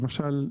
מסכים לחלוטין.